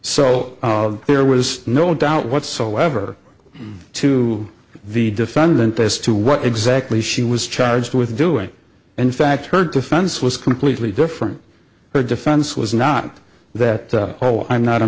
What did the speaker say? so there was no doubt whatsoever to the defendant as to what exactly she was charged with doing in fact her defense was completely different her defense was not that whole i'm not a